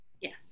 Yes